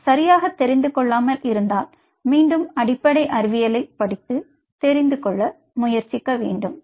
நான் சரியாக தெரிந்து கொள்ளாமல் இருந்தால் மீண்டும் அடிப்படை அறிவியலை படித்து தெரிந்து கொள்ள முயற்சிக்க வேண்டும்